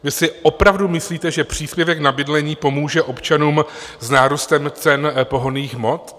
Vy si opravdu myslíte, že příspěvek na bydlení pomůže občanům s nárůstem cen pohonných hmot?